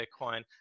Bitcoin